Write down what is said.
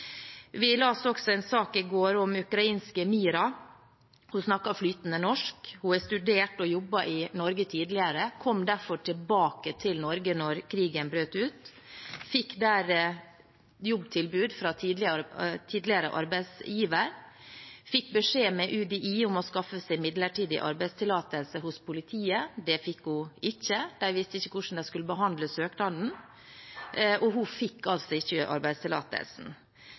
en sak i går om ukrainske Mira. Hun snakker flytende norsk fordi hun har studert og jobbet i Norge tidligere, og kom derfor tilbake til Norge når krigen brøt ut og fikk jobbtilbud fra tidligere arbeidsgiver. Hun fikk da beskjed av UDI om å skaffe seg midlertidig arbeidstillatelse hos politiet. Det fikk hun ikke. De visste ikke hvordan de skulle behandle søknaden, og hun fikk altså ikke